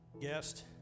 guest